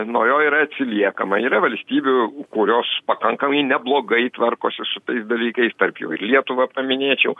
nuo jo yra atsiliekama yra valstybių kurios pakankamai neblogai tvarkosi su tais dalykais tarp jų ir lietuva paminėčiau